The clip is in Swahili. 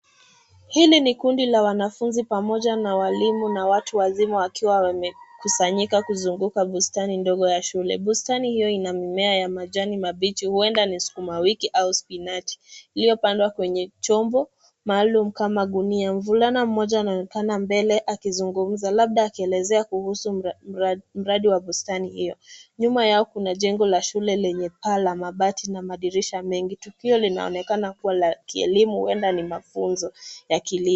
Hili ni kundi la wanafunzi pamoja na walimu na watu wazima wakiwa wamekusanyika kuzunguka bustani ndogo ya shule. Bustani hio ina mimea ya majani mabichi huenda ni sukuma wiki au spinachi, iliyopandwa kwenye chombo maalum kama gunia. Mvulana mmoja anapanda mbele akizungumza labda akielezea kuhusu mradi wa bustani hio. Nyuma yao kuna jengo la shule lenye paa la mabati na madirisha mengi. Tukio linaonekana kuwa la kielemu huenda ni mafunzo ya kilimo.